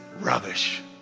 rubbish